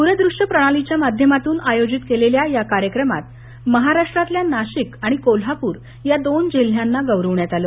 दुरवृष्य प्रणालीच्या माध्यमातून आयोजित केलेल्या या कार्यक्रमात महाराष्ट्रातल्या नाशिक आणि कोल्हापूर या दोन जिल्ह्यांना गौरवण्यात आलं